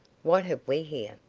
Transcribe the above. what have we here?